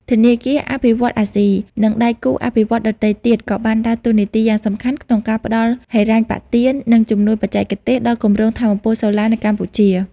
ធនាគារអភិវឌ្ឍន៍អាស៊ី និងដៃគូអភិវឌ្ឍន៍ដទៃទៀតក៏បានដើរតួនាទីយ៉ាងសំខាន់ក្នុងការផ្តល់ហិរញ្ញប្បទាន និងជំនួយបច្ចេកទេសដល់គម្រោងថាមពលសូឡានៅកម្ពុជា។